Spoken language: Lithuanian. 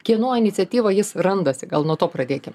kieno iniciatyva jis randasi gal nuo to pradėkim